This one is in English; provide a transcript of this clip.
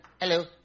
hello